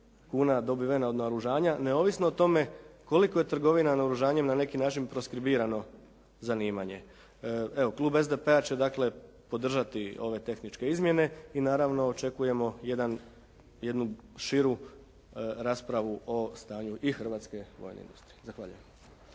kuna dobivena od naoružanja, neovisno o tome koliko je trgovina naoružanjem na neki način proskribirano zanimanje. Evo, klub SDP-a će dakle podržati ove tehničke izmjene i naravno očekujemo jednu širu raspravu o stanju i hrvatske vojne industrije. Zahvaljujem.